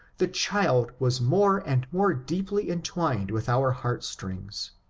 the child was more and more deeply entwined with our heart-strings.